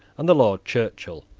and the lord churchill,